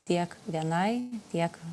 tiek vienai tiek